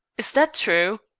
is that true?